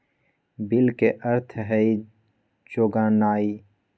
bill के अर्थ हइ जोगनाइ